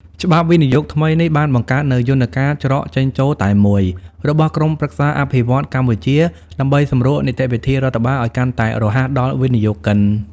ច្បាប់វិនិយោគថ្មីនេះបានបង្កើតនូវ "យន្តការច្រកចេញចូលតែមួយ" របស់ក្រុមប្រឹក្សាអភិវឌ្ឍន៍កម្ពុជា ដើម្បីសម្រួលនីតិវិធីរដ្ឋបាលឱ្យកាន់តែរហ័សដល់វិនិយោគិន។